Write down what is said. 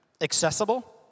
accessible